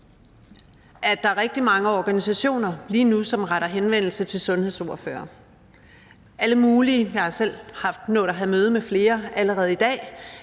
at der er rigtig mange organisationer lige nu, som retter henvendelse til sundhedsordførerne – jeg har selv nået at holde møde med flere allerede i dag.